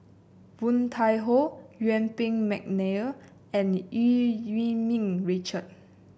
Woon Tai Ho Yuen Peng McNeice and Eu Yee Ming Richard